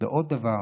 ועוד דבר,